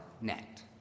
net